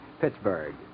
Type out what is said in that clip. Pittsburgh